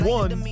one